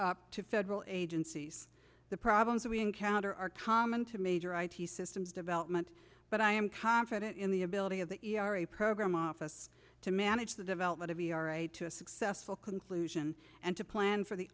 system to federal agencies the problems we encounter are common to major i t systems development but i am confident in the ability of the e r a program office to manage the development of your right to a successful conclusion and to plan for the